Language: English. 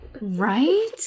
Right